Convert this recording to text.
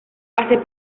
hace